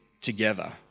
together